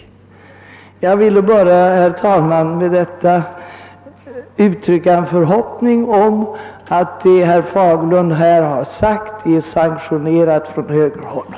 Jag vill bara, herr talman, med dessa ord uttrycka en förhoppning om att det som herr Fagerlund här har sagt också är sanktionerat från högre ort.